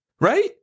Right